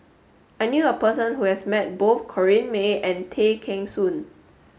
I knew a person who has met both Corrinne May and Tay Kheng Soon